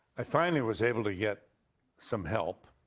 i finally was able to get some help.